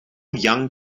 young